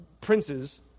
princes